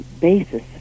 basis